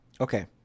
Okay